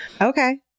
Okay